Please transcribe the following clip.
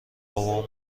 بابام